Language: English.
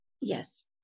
Yes